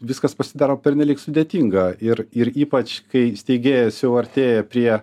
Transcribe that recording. viskas pasidaro pernelyg sudėtinga ir ir ypač kai steigėjas jau artėja prie